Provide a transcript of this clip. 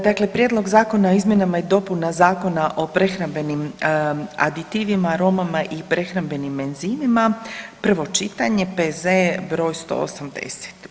Dakle Prijedlog zakona o izmjenama i dopuna Zakona o prehrambenim aditivima, aromama i prehrambenim enzimima, prvo čitanje, P.Z.E. br. 180.